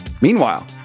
Meanwhile